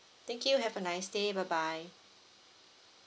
thank you have a nice day bye bye